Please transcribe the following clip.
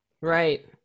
right